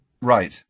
right